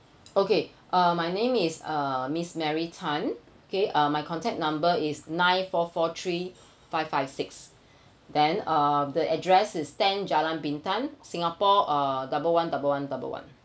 okay uh my name is uh miss mary tan K uh my contact number is nine four four three five five six then uh the address is ten jalan bintang singapore uh double one double one double one